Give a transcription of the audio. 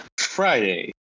Friday